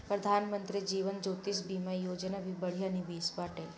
प्रधानमंत्री जीवन ज्योति बीमा योजना भी बढ़िया निवेश बाटे